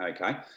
Okay